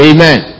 Amen